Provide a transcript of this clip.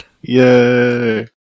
Yay